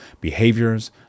behaviors